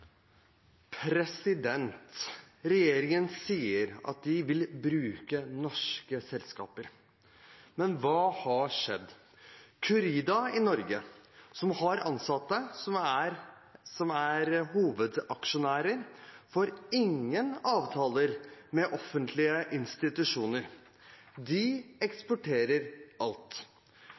Regjeringen sier at de vil bruke norske selskaper. Men hva har skjedd? Curida i Norge, som har ansatte som er hovedaksjonærer, får ingen avtaler med offentlige institusjoner. De eksporterer alt.